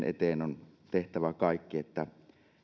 eteen on tehtävä kaikki jotta